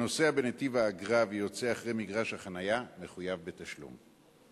הנוסע בנתיב האגרה ויוצא אחרי מגרש החנייה מחויב בתשלום.